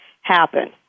happen